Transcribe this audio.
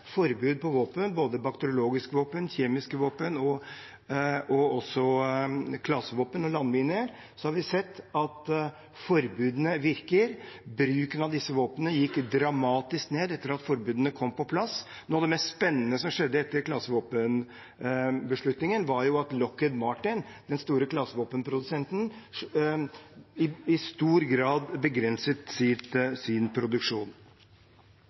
forbud mot våpen, både bakteriologiske våpen, kjemiske våpen og også klasevåpen og landminer, at forbudene virker. Bruken av disse våpnene gikk dramatisk ned etter at forbudene kom på plass. Noe av det mest spennende som skjedde etter klasevåpenbeslutningen, var at Lockheed Martin, den store klasevåpenprodusenten, i stor grad begrenset sin produksjon.